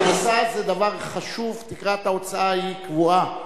זה דבר חשוב, תקרת ההוצאה היא קבועה.